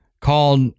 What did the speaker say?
Called